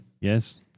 Yes